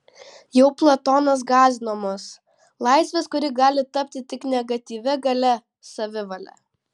jau platonas gąsdino mus laisvės kuri gali tapti tik negatyvia galia savivale